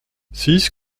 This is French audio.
six